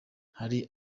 hari